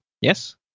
Yes